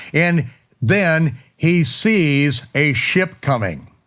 and then he sees a ship coming.